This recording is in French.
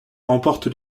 emporte